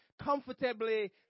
comfortably